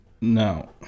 No